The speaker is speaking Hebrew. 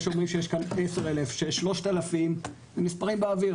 זה שאומרים שיש כאן 10,000 או 3,000 אלה מספרים באוויר,